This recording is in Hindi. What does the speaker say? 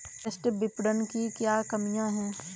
कृषि विपणन की क्या कमियाँ हैं?